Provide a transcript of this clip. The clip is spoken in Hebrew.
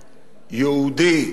יהודי,